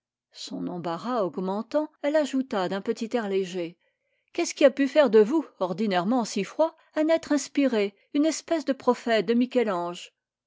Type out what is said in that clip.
son embarras augmentant elle ajouta d'un petit air léger qu'est-ce qui a pu faire de vous ordinairement si froid un être inspiré une espèce de prophète de